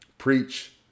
preach